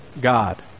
God